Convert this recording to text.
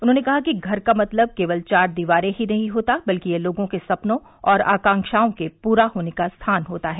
उन्होंने कहा कि धर का मतलब केवल चार दीवारें ही नहीं होता बल्कि यह लोगों के सपनों और आकांवाओं के पूरा होने का स्थान होता है